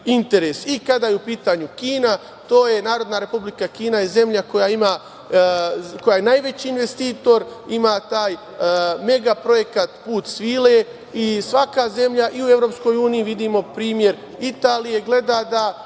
Kada je u pitanju Kina, to je Narodna Republika Kina, zemlja koja je najveći investitor, ima taj mega projekat – Put svile, i svaka zemlja u EU, vidimo primer Italije, gleda da